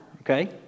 okay